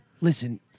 Listen